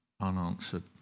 unanswered